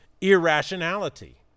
irrationality